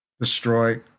destroy